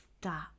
Stop